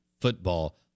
football